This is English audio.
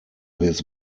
his